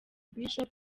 bishop